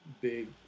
big